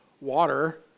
water